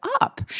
up